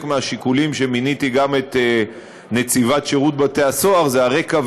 חלק מהשיקולים שלי כשמיניתי את נציבת שירות בתי-הסוהר זה הרקע,